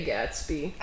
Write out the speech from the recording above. Gatsby